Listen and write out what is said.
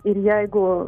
ir jeigu